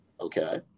okay